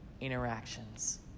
interactions